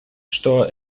что